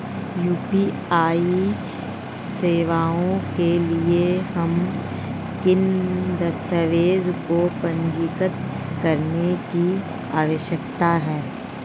UPI सेवाओं के लिए हमें किन दस्तावेज़ों को पंजीकृत करने की आवश्यकता है?